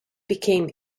became